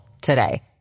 today